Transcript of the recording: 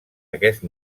aquest